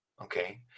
Okay